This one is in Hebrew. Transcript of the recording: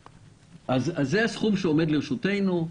אז זה הסכום שעומד לרשותנו.